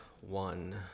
one